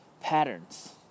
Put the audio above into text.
patterns